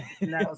No